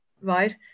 right